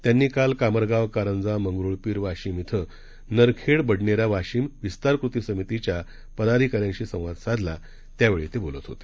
त्यांनी काल कामरगाव कारंजा मंगरुळपिर वाशिम इथं नरखेड बडनेरा वाशिम विस्तार कृती समितीच्या पदाधिकाऱ्यांनी संवाद साधला त्या वेळी बोलत होते